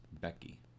Becky